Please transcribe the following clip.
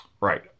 right